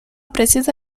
precisa